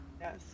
yes